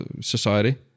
society